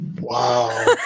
Wow